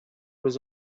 was